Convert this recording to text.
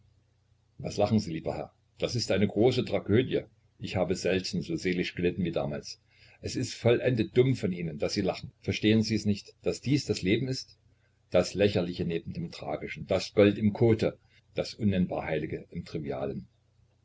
was lachen sie lieber herr das ist eine große tragödie ich habe selten so seelisch gelitten wie damals es ist vollendet dumm von ihnen daß sie lachen verstehen sies nicht daß dies das leben ist das lächerliche neben dem tragischen das gold im kote das unnennbar heilige im trivialen